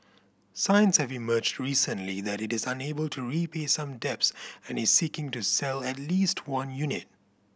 signs have emerged recently that it is unable to repay some debts and is seeking to sell at least one unit